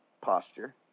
posture